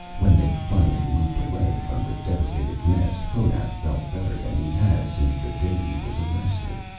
when they finally moved away from the devastated nest, honath felt better than he had since the day he was arrested.